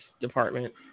department